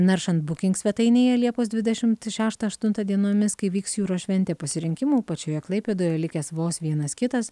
naršant bukink svetainėje liepos dvidešimt šeštą aštuntą dienomis kai vyks jūros šventė pasirinkimų pačioje klaipėdoje likęs vos vienas kitas